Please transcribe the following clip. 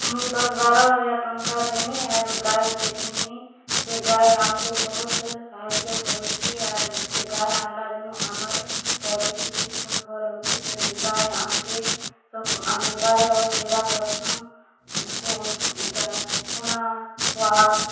ମୁଇଁ ଦଶ୍ ବାର ହଜାର୍ ଟଙ୍କା ଦେଲି ଆରୁ ଗାଈ ଗୁଟେ ଘିନ୍ଲିଁ ସେ ଗାଈ ଆମ୍କେ ବହୁତ୍ ସାହାଯ୍ୟ କରୁଛେ ଆରୁ ସେ ଗାଈ ଆନ୍ଲା ଦିନୁ ଆମର୍ ପରିସ୍ଥିତି ଖୁବ୍ ଭଲ୍ ହେଉଛେ ସେ ଗାଈ ଆମ୍କେ ଆମେ ଗାଈ ର ସେବା କର୍ସୁଁ ଇ'ଟା କୁଡ଼ା ପୁଆଲ୍